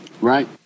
right